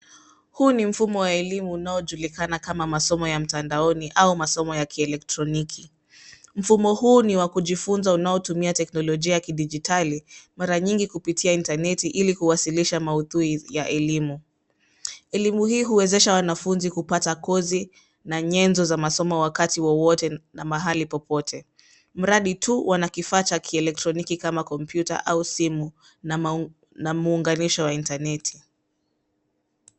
Huu ni mfumo wa elimu unaojulikana kama masomo ya mtandaoni au masomo ya kielektroniki. Mfumo huu ni wa kujifunza unaotumia teknolojia ya kidigitali, mara nyingi kupitia intaneti ili kuwasilisha maudhui ya elimu. Elimu hii huwezesha wanafunzi kupata kozi na nyenzo za masomo wakati wowote na mahali popote. Mradi tuuh wana kifaa cha kielektroniki kama kompyuta au simu na muunganisho wa intaneti.